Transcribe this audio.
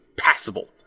passable